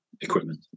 equipment